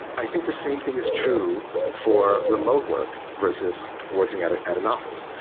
i think the same thing is true for remote work versus working at ah at an office.